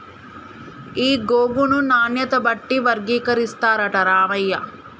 ఈ గోగును నాణ్యత బట్టి వర్గీకరిస్తారట రామయ్య